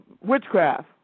witchcraft